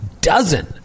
dozen